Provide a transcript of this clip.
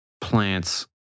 plants